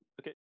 Okay